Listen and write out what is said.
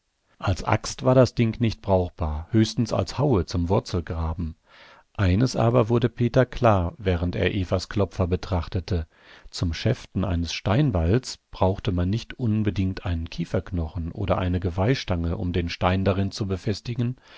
als axt war das ding nicht brauchbar höchstens als haue zum wurzelgraben eines aber wurde peter klar während er evas klopfer betrachtete zum schäften eines steinbeils brauchte man nicht unbedingt einen kieferknochen oder eine geweihstange um den stein darin zu befestigen